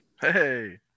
Hey